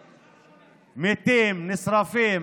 מתים, נשרפים